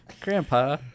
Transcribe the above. Grandpa